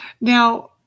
Now